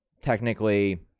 technically